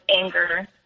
anger